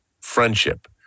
friendship